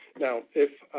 now, if